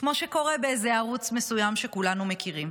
כמו שקורה באיזה ערוץ מסוים שכולנו מכירים.